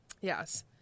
Yes